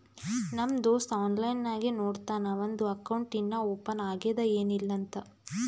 ನಮ್ ದೋಸ್ತ ಆನ್ಲೈನ್ ನಾಗೆ ನೋಡ್ತಾನ್ ಅವಂದು ಅಕೌಂಟ್ ಇನ್ನಾ ಓಪನ್ ಆಗ್ಯಾದ್ ಏನಿಲ್ಲಾ ಅಂತ್